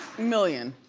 million.